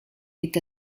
est